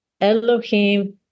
Elohim